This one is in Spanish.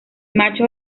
macho